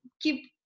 keep